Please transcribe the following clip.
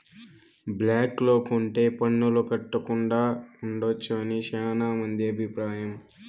black లో కొంటె పన్నులు కట్టకుండా ఉండొచ్చు అని శ్యానా మంది అభిప్రాయం